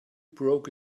broke